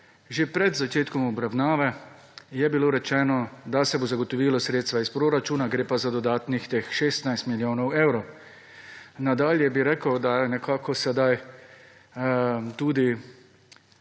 že pred začetkom obravnave, je bilo rečeno, da se bo zagotovilo sredstva iz proračuna, gre pa za dodatnih teh 16 milijonov evrov. Nadalje bi rekel, da je nekako sedaj tudi